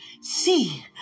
see